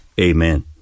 Amen